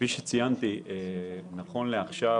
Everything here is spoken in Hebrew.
נכון לעכשיו